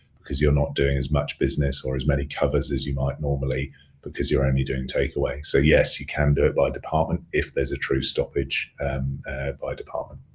because you're not doing as much business or as many covers as you might normally because you're only doing takeaways. so, yes, you can do it by department if there's a true stoppage by department.